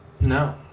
no